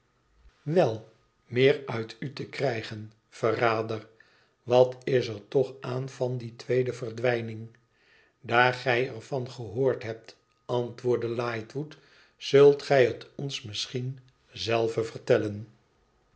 wèl meer uil u te krijgen verrader wat is er toch aan van die tweede verdwijning daar gij er van gehoord hebt antwoordt lightwood zult gij hd ons misschien zelve vertellen